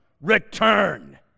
return